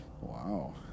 Wow